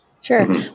Sure